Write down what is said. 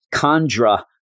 Chandra